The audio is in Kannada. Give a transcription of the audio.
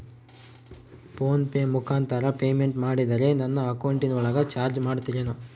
ಫೋನ್ ಪೆ ಮುಖಾಂತರ ಪೇಮೆಂಟ್ ಮಾಡಿದರೆ ನನ್ನ ಅಕೌಂಟಿನೊಳಗ ಚಾರ್ಜ್ ಮಾಡ್ತಿರೇನು?